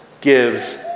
gives